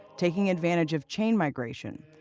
taking advantage of chain migration,